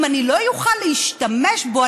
אם אני לא אוכל להשתמש בו,